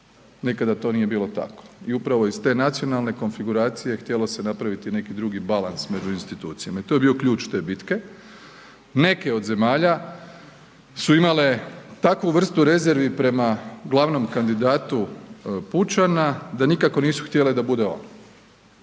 nikada to nije bilo tako i upravo iz te nacionalne konfiguracije htjelo se napraviti neki drugi balans među institucijama i tu je bio ključ te bitke. Neke od zemalja su imale takvu vrstu rezervi prema glavnom kandidatu pučana da nikako nisu htjele da bude on